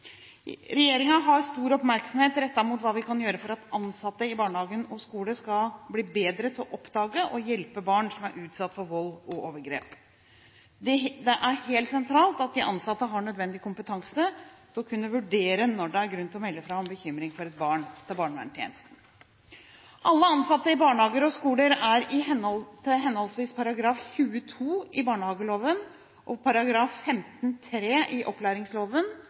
har stor oppmerksomhet rettet mot hva vi kan gjøre for at ansatte i barnehage og skole skal bli bedre til å oppdage og hjelpe barn som er utsatt for vold og overgrep. Det er helt sentralt at de ansatte har nødvendig kompetanse til å kunne vurdere når det er grunn til å melde fra til barnevernstjenesten om bekymring for et barn. Alle ansatte i barnehager og skoler er i henhold til henholdsvis § 22 i barnehageloven, § 15-3 i opplæringsloven og § 7-4 i